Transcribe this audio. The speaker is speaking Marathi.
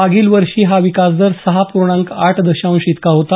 मागील वर्षी हा विकासदर सहा पूर्णांक आठ दशांश इतका होता